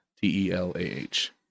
T-E-L-A-H